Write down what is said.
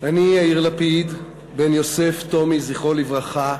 יאיר לפיד, בן יוסף טומי, זכרו לברכה,